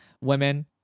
women